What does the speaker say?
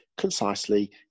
concisely